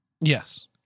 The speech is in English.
Yes